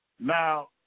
Now